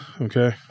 okay